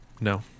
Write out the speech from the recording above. No